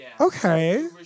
Okay